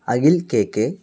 Akhil K K